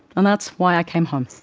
and that's why i came home.